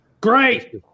Great